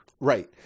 Right